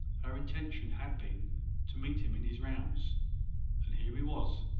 her intention had been to meet him in his rounds and here he was.